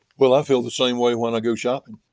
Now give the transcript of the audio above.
well, i feel the same way when i go shopping.